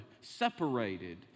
separated